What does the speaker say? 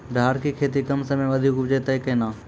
राहर की खेती कम समय मे अधिक उपजे तय केना?